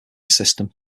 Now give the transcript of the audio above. system